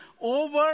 over